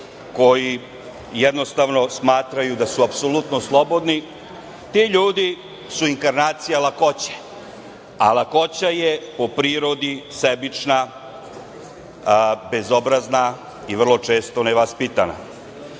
koji jednostavno smatraju da su apsolutno slobodni su inkarnacija lakoće, a lakoća je po prirodi sebična, bezobrazna i vrlo često nevaspitana.